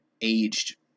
aged